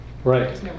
Right